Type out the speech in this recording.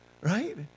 right